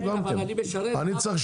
אני צריך